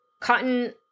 Cotton